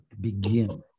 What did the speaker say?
begin